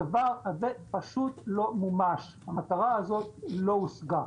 הדבר הזה פשוט לא מומש והמטרה הזו לא הושגה.